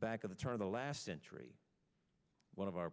back of the turn of the last century one of our